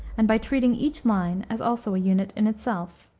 and by treating each line as also a unit in itself.